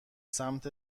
سمت